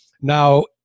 Now